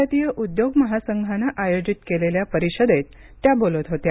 भारतीय उद्योग महासंघानं आयोजित केलेल्या परिषदेत त्या बोलत होत्या